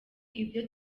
ibyo